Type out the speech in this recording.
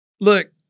look